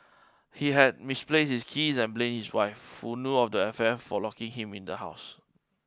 he had misplaced his keys and blamed his wife who know of the affair for locking him in the house